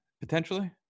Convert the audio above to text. potentially